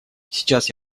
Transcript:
сейчас